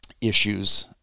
issues